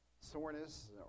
soreness